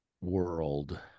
world